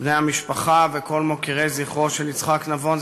בני המשפחה וכל מוקירי זכרו של יצחק נבון,